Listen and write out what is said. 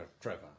Trevor